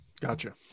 gotcha